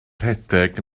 rhedeg